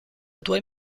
due